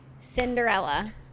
Cinderella